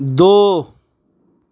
دو